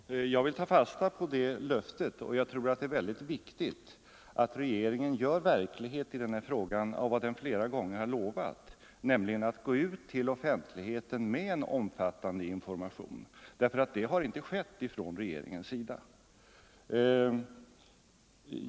Herr talman! Jag vill ta fasta på det löftet — det är väldigt viktigt att regeringen i den här frågan gör verklighet av vad den flera gånger lovat, nämligen att gå ut till offentligheten med en omfattande information. Det har inte regeringen gjort.